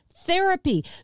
therapy